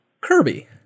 Kirby